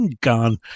gone